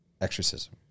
exorcism